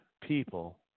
people